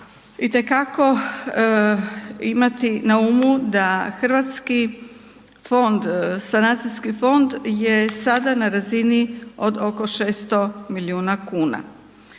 itekako imati na umu da hrvatski fond, sanacijski fond je sada na razini od oko 600 milijuna kuna.